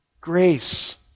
Grace